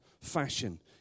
fashion